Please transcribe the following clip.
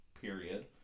period